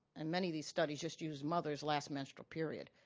and many of these studies just use mother's last menstrual period.